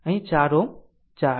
અને આ 4 Ω 4 છે